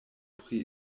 pri